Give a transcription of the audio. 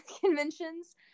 conventions